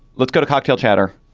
let's go to cocktail chatter.